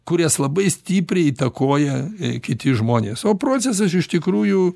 kurias labai stipriai įtakoja kiti žmonės o procesas iš tikrųjų